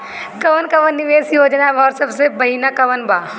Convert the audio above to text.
कवन कवन निवेस योजना बा और सबसे बनिहा कवन बा?